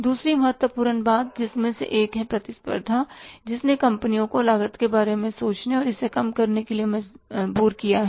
दूसरी महत्वपूर्ण बात जिसमें से एक है प्रतिस्पर्धा जिसने कंपनियों को लागत के बारे में सोचने और इसे कम करने के लिए मजबूर किया है